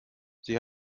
sie